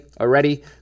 already